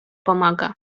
pomaga